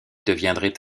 deviendrait